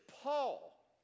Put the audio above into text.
Paul